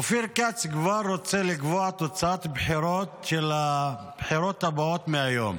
אופיר כץ כבר רוצה לקבוע תוצאת בחירות של הבחירות הבאות מהיום.